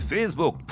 Facebook